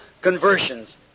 conversions